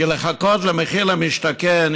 כי לחכות למחיר למשתכן,